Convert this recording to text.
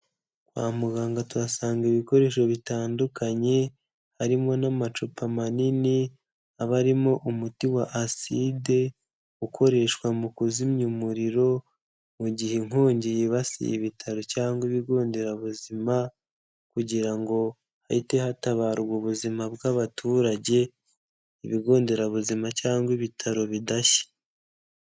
Kwa muganga tuhasanga ibikoresho bitandukanye, harimo n'amacupa manini, aba arimo umuti wa acide, ukoreshwa mu kuzimya umuriro, mu gihe inkongi yibasiye ibitaro cyangwa ibigo nderabuzima kugira ngo hahite hatabarwa ubuzima bw'abaturage, ibigo nderabuzima cyangwa ibitaro bidashya.